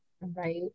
right